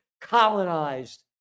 Colonized